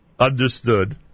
Understood